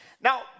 Now